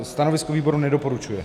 Stanovisko výboru: nedoporučuje.